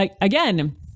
again